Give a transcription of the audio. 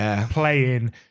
playing